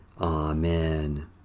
Amen